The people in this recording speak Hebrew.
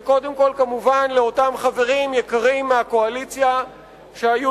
וקודם כול כמובן לאותם חברים יקרים מהקואליציה שהיו